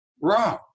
wrong